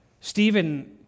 Stephen